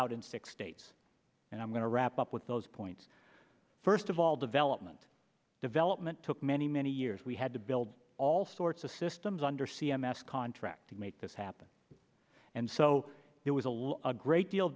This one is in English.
out in six states and i'm going to wrap up with those points first of all development development took many many years we had to build all sorts of systems under c m s contract to make this happen and so there was a lot of great deal